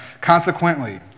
Consequently